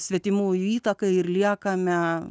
svetimųjų įtakai ir liekame